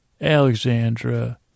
Alexandra